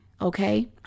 okay